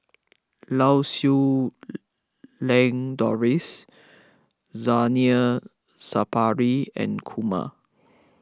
Lau Siew Lang Doris Zainal Sapari and Kumar